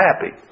happy